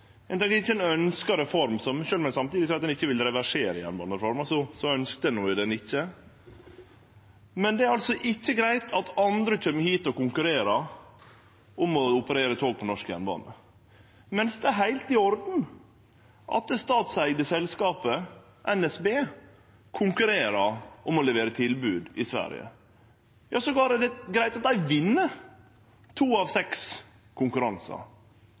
ein ikkje ønskjer reform – sjølv om ein samtidig seier at ein ikkje vil reversere jernbanereforma, ønskte ein ho ikkje. Det er altså ikkje greitt at andre kjem hit og konkurrerer om å operere tog på norsk jernbane, mens det er heilt i orden at det statseigde selskapet NSB konkurrerer om å levere tilbod i Sverige – ja, det er til og med greitt at dei vinn to av seks konkurransar.